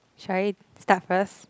shall I start first